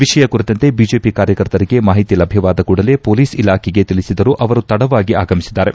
ವಿಷಯ ಕುರಿತಂತೆ ಬಿಜೆಪಿ ಕಾರ್ಯಕರ್ತರಿಗೆ ಮಾಹಿತಿ ಲಭ್ಯವಾದ ಕೂಡಲೇ ಪೊಲೀಸ ಇಲಾಖೆಗೆ ತಿಳಿಬಿದರೂ ಅವರು ತಡವಾಗಿ ಆಗಮಿಸಿದ್ದಾರೆ